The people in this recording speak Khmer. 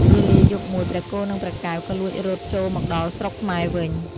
វេលាយប់មួយ ព្រះគោនិងព្រះកែវក៏លួចរត់ចូលមកដល់ស្រុកខ្មែរវិញ។